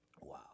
wow